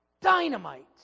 Dynamite